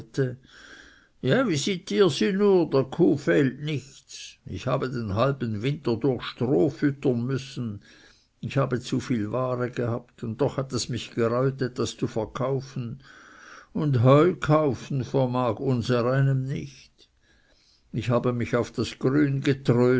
ja visitier sie nur der kuh fehlt nichts ich habe den halben winter durch stroh füttern müssen ich habe zu viel ware gehabt und doch hat es mich gereut etwas zu verkaufen und heu kaufen vermag unsereinem nicht ich habe mich auf das grün